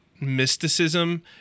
mysticism